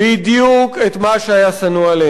בדיוק את מה שהיה שנוא עלינו.